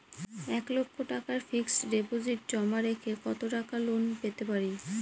এক লক্ষ টাকার ফিক্সড ডিপোজিট জমা রেখে কত টাকা লোন পেতে পারি?